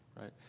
right